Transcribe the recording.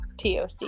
TOC